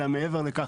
אלא מעבר לכך.